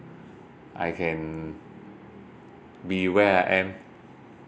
I can be where I am